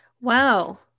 wow